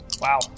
Wow